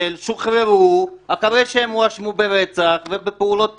שוחררו אחרי שהם הואשמו ברצח ובפעולות טרור,